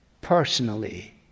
personally